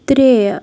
ترٛےٚ